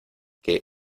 que